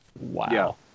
Wow